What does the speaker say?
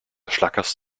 schlackerst